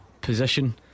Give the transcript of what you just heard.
position